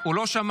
הוא לא שמע.